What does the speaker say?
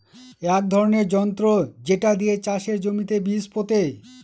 এক ধরনের যন্ত্র যেটা দিয়ে চাষের জমিতে বীজ পোতে